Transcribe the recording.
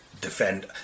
defend